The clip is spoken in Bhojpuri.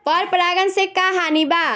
पर परागण से का हानि बा?